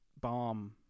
Bomb